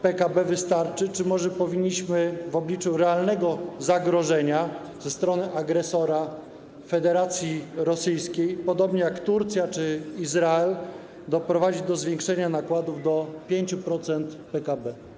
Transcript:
PKB wystarczy czy może powinniśmy w obliczu realnego zagrożenia ze strony agresora - Federacji Rosyjskiej, podobnie jak Turcja czy Izrael, doprowadzić do zwiększenia nakładów do 5% PKB?